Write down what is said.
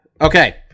Okay